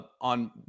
on